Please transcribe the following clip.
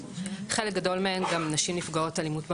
חלק גדול מהן גם נשים נפגעות אלימות במשפחה,